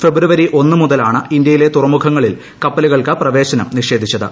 ഫെബ്രുവരി ഒന്ന് മുതലാണ് ഇന്ത്യയിലെ തുറമുഖങ്ങളിൽ കപ്പലുകൾക്ക് പ്രവേശനം നിഷേധിച്ചത്